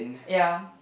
ya